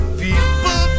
people